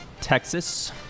Texas